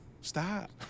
Stop